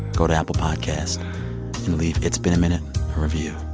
go to apple podcast and leave it's been a minute a review.